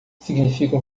significam